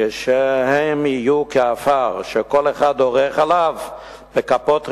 כשהם יהיו כעפר, שכל אחד דורך עליו בכפות רגליו,